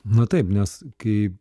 na taip nes kai